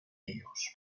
ellos